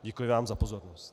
Děkuji vám za pozornost.